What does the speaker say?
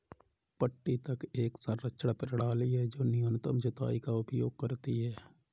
पट्टी तक एक संरक्षण प्रणाली है जो न्यूनतम जुताई का उपयोग करती है